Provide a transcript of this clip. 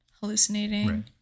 hallucinating